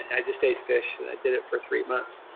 and i just ate fish and i did it for three months.